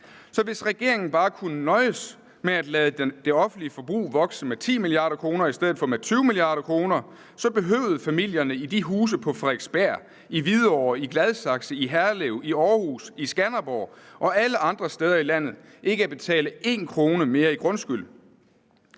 Så hvis regeringen bare kunne nøjes med at lade det offentlige forbrug vokse med 10 mia. kr. i stedet for med 20 mia. kr., så behøvede familierne i de huse på Frederiksberg, i Hvidovre, Gladsaxe, Herlev, Århus, Skanderborg og alle andre steder i landet ikke at betale en krone mere i grundskyld.